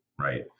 right